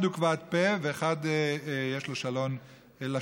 אחד הוא כבד פה ואחד, יש לו לשון שוטפת,